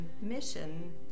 mission